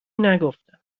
نگفتم